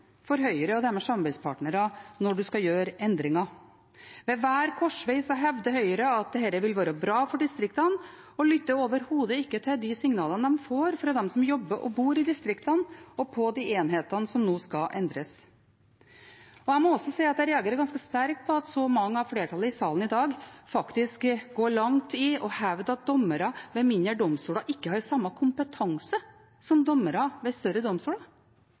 for Høyre og deres samarbeidspartnere når en skal gjøre endringer. Ved hver korsvei hevder Høyre at dette vil være bra for distriktene. De lytter overhodet ikke til de signalene de får fra dem som jobber og bor i distriktene, og på de enhetene som nå skal endres. Jeg må også si at jeg reagerer ganske sterkt på at så mange av flertallet i salen i dag faktisk går langt i å hevde at dommere ved mindre domstoler ikke har samme kompetanse som dommere ved større domstoler.